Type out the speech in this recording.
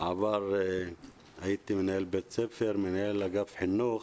בעבר הייתי מנהל בית ספר, מנהל אגף חינוך